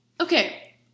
okay